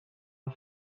are